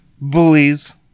bullies